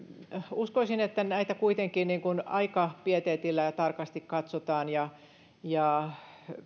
uskoisin että näitä kuitenkin aika pieteetillä ja tarkasti katsotaan ja ja